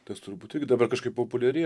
tas turbūt irgi dabar kažkaip populiarėja